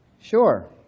Sure